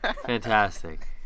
Fantastic